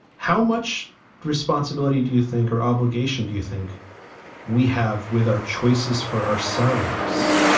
how much responsibility do you think or obligation do you think we have with our choices for ourselves?